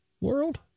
World